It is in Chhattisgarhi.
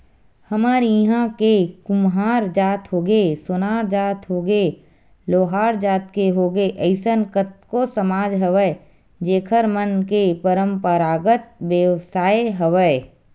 हमर इहाँ के कुम्हार जात होगे, सोनार जात होगे, लोहार जात के होगे अइसन कतको समाज हवय जेखर मन के पंरापरागत बेवसाय हवय